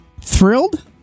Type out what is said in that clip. Thrilled